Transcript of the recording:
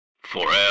Forever